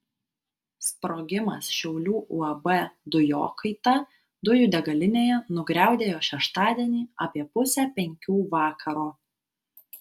sprogimas šiaulių uab dujokaita dujų degalinėje nugriaudėjo šeštadienį apie pusę penkių vakaro